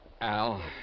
Al